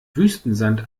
wüstensand